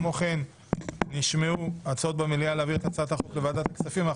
כמו כן נשמעו במליאה הצעות להעביר את הצעת החוק לוועדת הכספים.